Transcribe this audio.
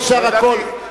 אי-אפשר הכול,